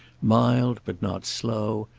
mild but not slow,